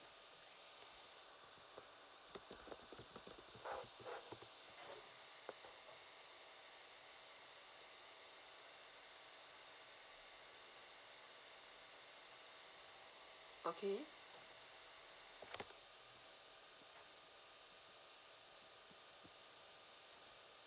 okay